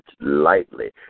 lightly